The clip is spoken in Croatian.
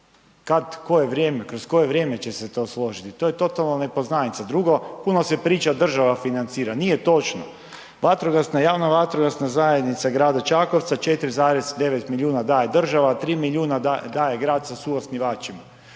kad, koje vrijeme, kroz koje vrijeme će se to složiti, to je totalna nepoznanica, drugo puno se priča država financira, nije točno, vatrogasna, Javna vatrogasna zajednica grada Čakovca 4,9 milijuna daje država, 3 milijuna daje grad sa suosnivačima.